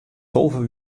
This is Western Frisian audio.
tolve